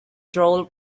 troll